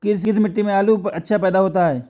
किस मिट्टी में आलू अच्छा पैदा होता है?